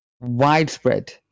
widespread